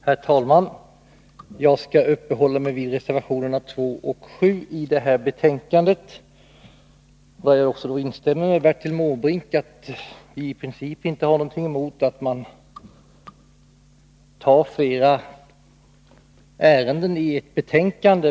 Herr talman! Jag skall uppehålla mig vid reservationerna 2 och 7 i betänkande 16. Jag instämmer med Bertil Måbrink om att vi i princip inte har någonting emot att man tar flera ärenden i ett betänkande.